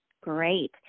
Great